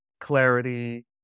clarity